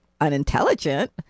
unintelligent